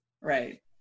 right